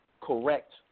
correct